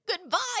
goodbye